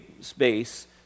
space